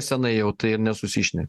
senai jau tai ir nesusišne